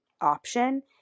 option